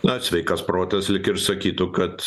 na sveikas protas lyg ir sakytų kad